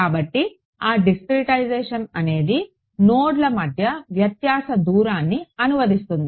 కాబట్టి ఆ డిస్క్రెటైజేషన్ అనేది నోడ్ల మధ్య వ్యత్యాస దూరానికి అనువదిస్తుంది